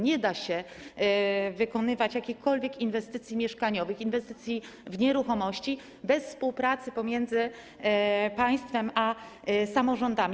Nie da się wykonywać jakichkolwiek inwestycji mieszkaniowych, inwestycji w nieruchomości bez współpracy pomiędzy państwem a samorządami.